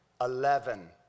Eleven